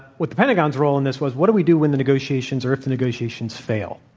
what the pentagon's role in this was, what do we do when the negotiations or if the negotiations fail?